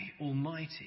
Almighty